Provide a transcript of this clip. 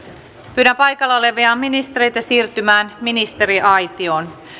pyydän paikalla olevia ministereitä siirtymään ministeriaitioon